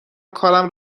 کارم